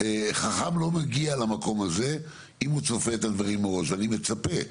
חכם לא מגיע למקום הזה אם הוא צופה את הדברים מראש ואני מצפה,